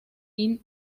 inn